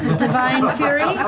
divine fury.